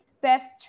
best